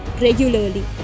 regularly